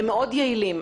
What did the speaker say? הם מאוד יעילים,